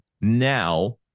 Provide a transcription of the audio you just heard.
Now